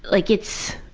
like it's